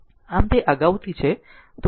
આમ તે અગાઉથી છે